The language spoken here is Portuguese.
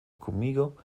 comigo